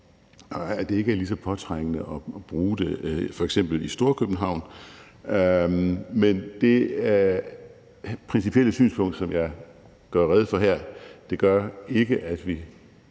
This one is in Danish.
at det ikke er lige så påtrængende at bruge det f.eks. i Storkøbenhavn. Men det principielle synspunkt, som jeg gør rede for her, gør ikke, at vi